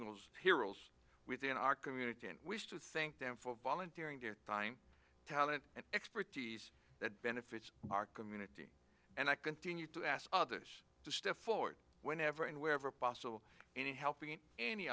g heroes within our community and wish to thank them for volunteering their time talent and expertise that benefits our community and i continue to ask others to step forward whenever and wherever possible any help in any